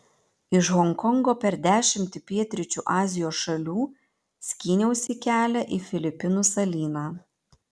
iš honkongo per dešimtį pietryčių azijos šalių skyniausi kelią į filipinų salyną